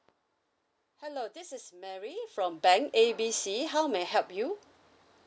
hello this is mary from bank A B C how may I help you